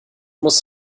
muss